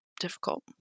difficult